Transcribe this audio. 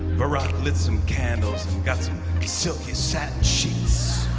barack lit some candles and got some silky satin sheets.